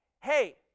Hey